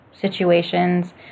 situations